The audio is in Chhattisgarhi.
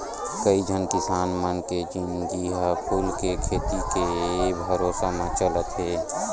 कइझन किसान मन के जिनगी ह फूल के खेती के भरोसा म चलत हे